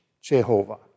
Jehovah